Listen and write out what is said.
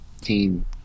Team